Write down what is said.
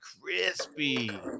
crispy